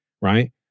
right